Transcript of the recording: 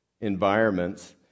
environments